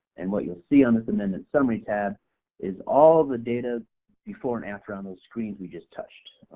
and what you'll see on this amendment summary tab is all of the data before and after on those screens we just touched.